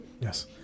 Yes